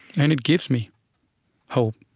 and it gives me hope